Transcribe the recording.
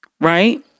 right